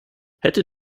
hätte